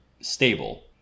stable